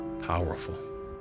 powerful